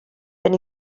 been